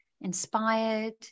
inspired